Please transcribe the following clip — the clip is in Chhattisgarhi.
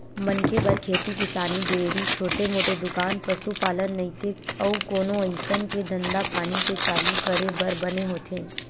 मनखे बर खेती किसानी, डेयरी, छोटे मोटे दुकान, पसुपालन नइते अउ कोनो अइसन के धंधापानी के चालू करे बर बने होथे